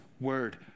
word